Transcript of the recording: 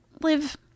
live